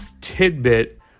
tidbit